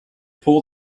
pull